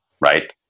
right